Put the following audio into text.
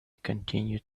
continued